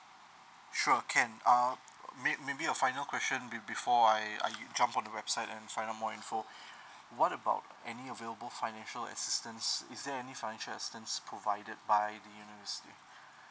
sure can uh maybe maybe a final question be before I I jump from the website and find out more info what about any available financial assistance is there any financial assistance provided by the university